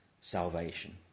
salvation